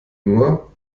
nur